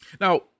Now